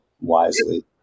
wisely